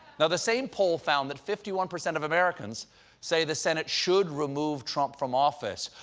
now, the same poll found that fifty one percent of americans say the senate should remove trump from office.